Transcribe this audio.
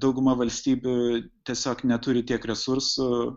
dauguma valstybių tiesiog neturi tiek resursų